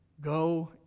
Go